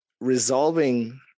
resolving